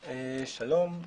שלום,